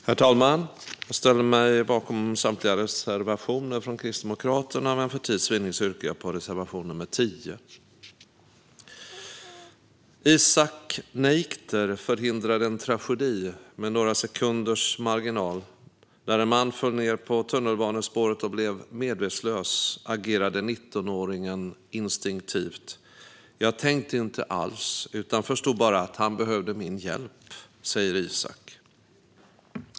Herr talman! Jag ställer mig bakom samtliga reservationer från Kristdemokraterna, men för tids vinnande yrkar jag bifall endast till reservation 10. Isaac Neikter förhindrade en tragedi med några sekunders marginal. När en man föll ned på tunnelbanespåret och blev medvetslös agerade 19åringen instinktivt. "Jag tänkte inte alls utan förstod bara att han behövde min hjälp", säger Isaac.